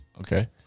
Okay